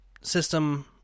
system